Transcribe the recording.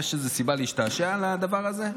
יש סיבה להשתעשע על הדבר הזה?